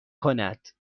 کند